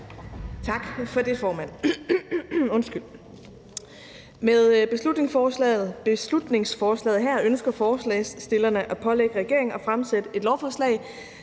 Tak for det, formand. Med beslutningsforslaget her ønsker forslagsstillerne at pålægge regeringen at fremsætte et lovforslag,